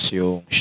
yung